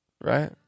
Right